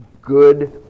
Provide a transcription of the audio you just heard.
good